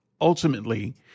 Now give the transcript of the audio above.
ultimately